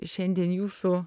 šiandien jūsų